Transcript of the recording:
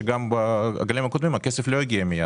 בגל הקודם הכסף לא הגיע מייד.